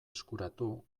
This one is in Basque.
eskuratu